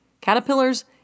caterpillars